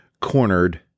cornered